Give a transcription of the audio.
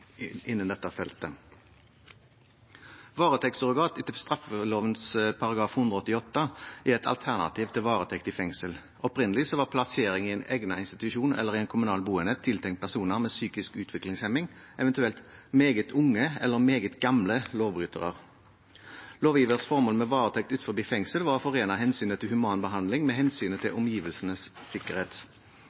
innen dette feltet. Varetektssurrogat etter straffeprosessloven § 188 er et alternativ til varetekt i fengsel. Opprinnelig var plassering i en egnet institusjon eller i en kommunal boenhet tiltenkt personer med psykisk utviklingshemning, eventuelt meget unge eller meget gamle lovbrytere. Lovgivers formål med varetekt utenfor fengsel var å forene hensynet til human behandling med hensynet til omgivelsenes sikkerhet.